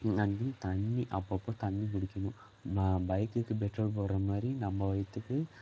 and then தண்ணி அப்பப்போ தண்ணி குடிக்கணும் நான் பைக்குக்கு பெட்ரோல் போடுறமாரி நம்ம வயித்துக்கு